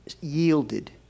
yielded